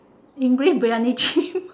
english buay an ne chim ah